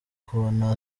kubona